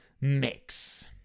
Mix